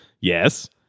Yes